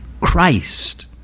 Christ